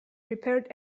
prepared